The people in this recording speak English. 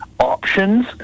options